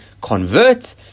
convert